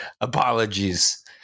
Apologies